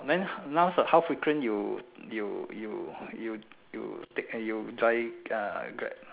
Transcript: then last ah how frequent you you you you you take uh you drive uh Grab